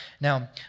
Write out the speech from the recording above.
Now